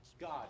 God